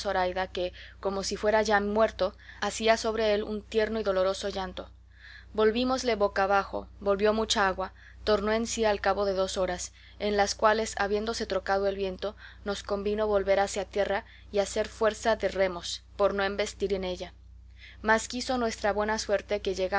que como si fuera ya muerto hacía sobre él un tierno y doloroso llanto volvímosle boca abajo volvió mucha agua tornó en sí al cabo de dos horas en las cuales habiéndose trocado el viento nos convino volver hacia tierra y hacer fuerza de remos por no embestir en ella mas quiso nuestra buena suerte que llegamos